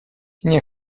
nie